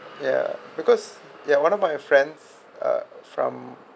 ya because ya one of my friend uh from